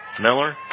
Miller